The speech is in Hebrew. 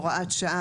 הוראת שעה,